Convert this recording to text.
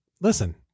Listen